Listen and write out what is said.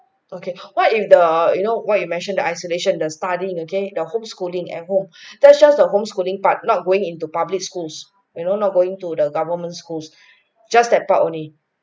okay what if the you know what you mentioned the isolation the studying okay the home schooling at home that's just a homeschooling part not going into public schools you know not going to the government's schools just that part only